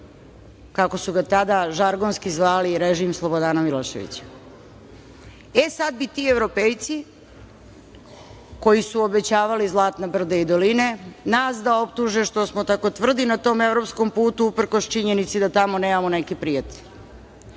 kako su ga tako žargonski zvali, režim Slobodana Miloševića. E sad bi ti Evropejci, koji su obećavali zlatna brda i doline, nas da optuže što smo tako tvrdi na tom evropskom putu, uprkos činjenici da tamo nemamo neke prijatelje. Pa